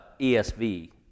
ESV